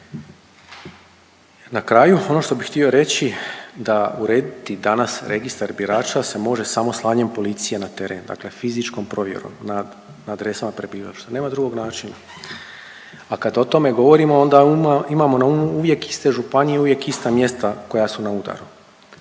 Na kraju ono što bi htio reći da urediti danas registar birača se može samo slanjem policije na teren, dakle fizičkom provjerom na adresama prebivališta. Nema drugog načina, a kad o tome govorimo onda imamo na umu uvijek iste županije, uvijek ista mjesta koja su na udaru.